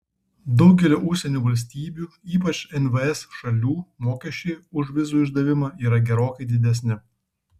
daugelio užsienio valstybių ypač nvs šalių mokesčiai už vizų išdavimą yra gerokai didesni